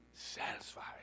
satisfied